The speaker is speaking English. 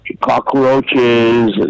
Cockroaches